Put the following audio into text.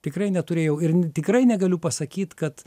tikrai neturėjau ir tikrai negaliu pasakyt kad